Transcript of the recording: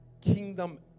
kingdom